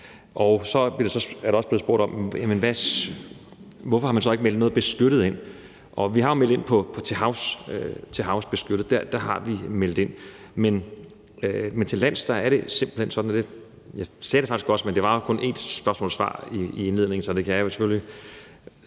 Så er der også blevet spurgt om, hvorfor man så ikke har meldt noget beskyttet ind. Vi har jo meldt ind om det med beskyttelsen til havs, men til lands er det simpelt hen sådan – jeg sagde det faktisk også, men der var kun ét spørgsmål-svar i indledningen, så det kan være svært